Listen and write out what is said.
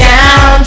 Down